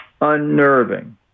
unnerving